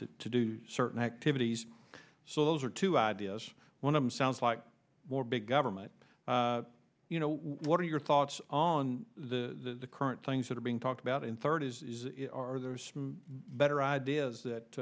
to to do certain activities so those are two ideas one of them sounds like more big government you know what are your thoughts on the current things that are being talked about in third is the better ideas that